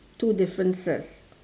two differences